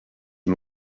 and